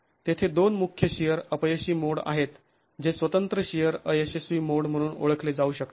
तेथे दोन मुख्य शिअर अपयशी मोड आहेत जे स्वतंत्र शिअर अयशस्वी मोड म्हणून ओळखले जाऊ शकतात